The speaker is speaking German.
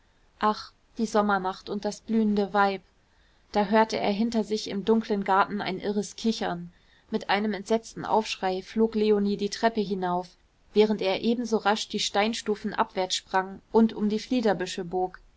ach die sommernacht und das blühende weib da hörte er hinter sich im dunklen garten ein irres kichern mit einem entsetzten aufschrei flog leonie die treppe hinauf während er ebenso rasch die steinstufen abwärts sprang und um die fliederbüsche bog